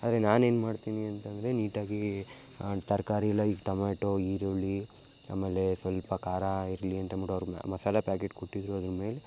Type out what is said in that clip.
ಆದರೆ ನಾನೇನು ಮಾಡ್ತೀನಿ ಅಂತಂದರೆ ನೀಟಾಗಿ ತರಕಾರಿ ಇಲ್ಲ ಈಗ ಟಮೆಟೋ ಈರುಳ್ಳಿ ಆಮೇಲೆ ಸ್ವಲ್ಪ ಖಾರ ಇರಲಿ ಅಂತ ಅನ್ಬಿಟ್ಟು ಅವರು ಮಸಾಲೆ ಪ್ಯಾಕೇಟ್ ಕೊಟ್ಟಿದ್ದರೂ ಅದ್ರ ಮೇಲೆ